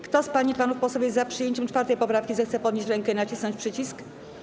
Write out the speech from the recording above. Kto z pań i panów posłów jest za przyjęciem 4. poprawki, zechce podnieść rękę i nacisnąć przycisk.